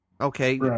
Okay